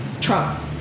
Trump